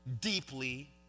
deeply